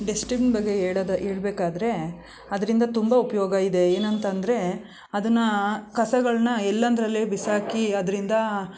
destiny ಬಗ್ಗೆ ಹೇಳೋದು ಹೇಳ್ಬೇಕಾದರೆ ಅದರಿಂದ ತುಂಬ ಉಪಯೋಗ ಇದೆ ಏನಂತಂದ್ರೆ ಅದನ್ನು ಕಸಗಳನ್ನ ಎಲ್ಲೆಂದರಲ್ಲಿ ಬಿಸಾಕಿ ಅದರಿಂದ